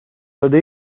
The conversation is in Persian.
داده